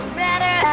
better